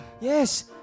Yes